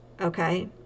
okay